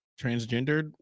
transgendered